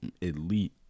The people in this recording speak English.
elite